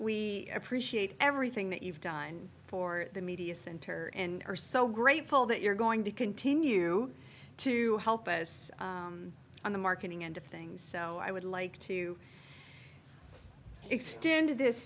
we appreciate everything that you've done for the media center and are so grateful that you're going to continue to help us on the marketing end of things so i would like to extend this